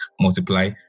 multiply